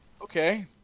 Okay